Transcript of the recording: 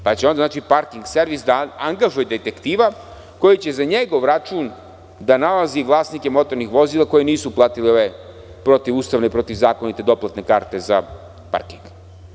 Znači, onda će parking servis da angažuje detektiva koji će za njegov račun da nalazi vlasnike motornih vozila koji nisu platili ove protivustavne, protivzakonite doplatne karte za parking.